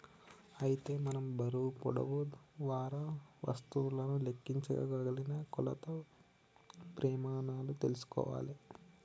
అయితే మనం బరువు పొడవు వారా వస్తువులను లెక్కించగలిగిన కొలత ప్రెమానాలు తెల్సుకోవాలే